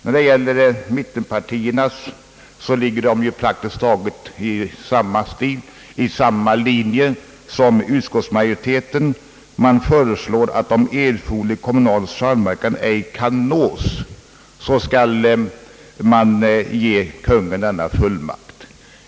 När det gäller mittenpartierna ligger de praktiskt taget på samma linje som utskottsmajoriteten. De föreslår, att om erforderlig kommunal samverkan ej kan nås bör Kungl. Maj:t ges en fullmakt i detta avseende.